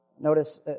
notice